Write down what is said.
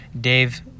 Dave